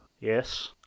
Yes